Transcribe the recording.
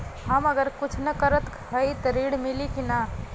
हम अगर कुछ न करत हई त ऋण मिली कि ना?